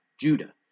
Judah